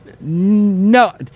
No